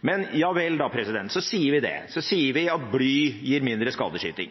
Men ja vel da, så sier vi at bly gir mindre skadeskyting.